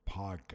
podcast